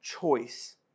choice